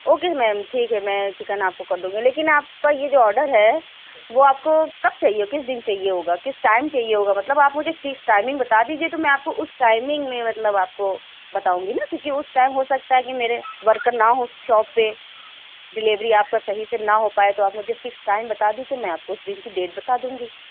okay ma'am ٹھیک ہے میں چکن آپ کو کر دوں گی لیکن آپ کا یہ جو آڈر ہے وہ آپ کو کب چاہیے کس دِن چاہیے ہوگا کس ٹائم چاہیے ہوگا مطلب آپ مجھے فکس ٹائمنگ بتا دیجیے تو میں آپ کو اُس ٹائمنگ میں مطلب آپ کو بتاؤں گی نا کیوں کہ اُس ٹائم ہو سکتا ہے کہ میرے ورکر نہ ہوں شاپ پہ ڈلیوری آپ کا صحیح سے نہ ہو پائے تو آپ مجھے فکس ٹائم بتا دیجیے میں آپ کو اُس دِن کی ڈیٹ بتا دوں گی